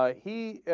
ah he